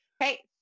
Okay